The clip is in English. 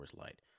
Light